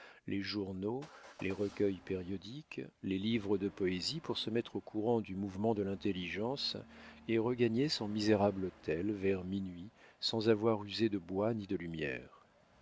les journaux les recueils périodiques les livres de poésie pour se mettre au courant du mouvement de l'intelligence et regagnait son misérable hôtel vers minuit sans avoir usé de bois ni de lumière